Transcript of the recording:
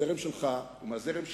ומהזרם שלך, ומהזרם שלי,